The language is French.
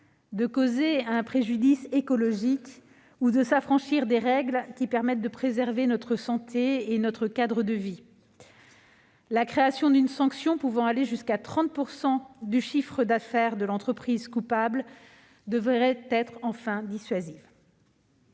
de causer un préjudice écologique ou de s'affranchir des règles permettant de préserver notre santé et notre cadre de vie. La création d'une sanction pouvant aller jusqu'à 30 % du chiffre d'affaires de l'entreprise coupable devrait être, enfin, dissuasive.